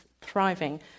thriving